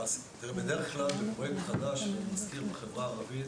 בדרך כלל, בפרויקט חדש ואני מזכיר שבחברה הערבית